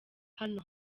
hano